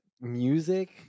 music